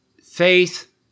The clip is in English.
faith